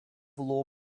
law